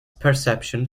perception